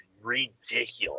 ridiculous